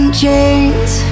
chains